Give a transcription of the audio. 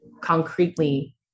concretely